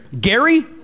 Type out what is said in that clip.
Gary